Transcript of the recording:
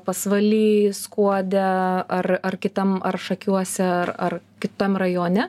pasvaly skuode ar ar kitam ar šakiuose ar ar kitam rajone